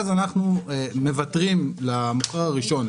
אז אנחנו מוותרים למוכר הראשון,